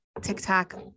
TikTok